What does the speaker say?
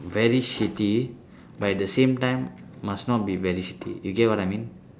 very shitty but at the same time must not be very shitty you get what I mean